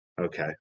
Okay